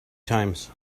times